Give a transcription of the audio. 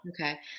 Okay